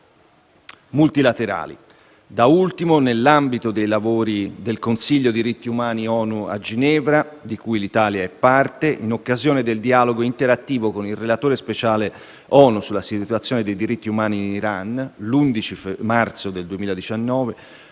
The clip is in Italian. multilaterali. Da ultimo, nell'ambito dei lavori del Consiglio per i diritti umani dell'ONU a Ginevra, di cui l'Italia è parte, in occasione del dialogo interattivo con il relatore speciale ONU sulla situazione dei diritti umani in Iran (11 marzo 2019),